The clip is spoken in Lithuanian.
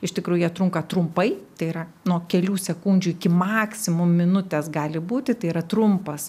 iš tikrųjų jie trunka trumpai tai yra nuo kelių sekundžių iki maksimum minutės gali būti tai yra trumpas